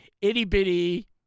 itty-bitty